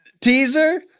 teaser